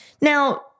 Now